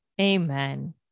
Amen